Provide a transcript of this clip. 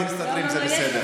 לא, לא.